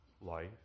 life